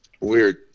Weird